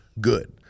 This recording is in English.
good